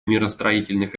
миростроительных